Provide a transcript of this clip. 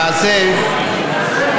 היושב-ראש,